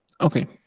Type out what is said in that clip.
Okay